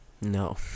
No